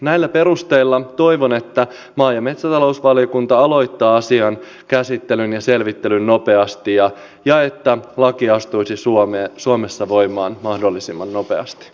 näillä perusteilla toivon että maa ja metsätalousvaliokunta aloittaa asian käsittelyn ja selvittelyn nopeasti ja että laki astuisi suomessa voimaan mahdollisimman nopeasti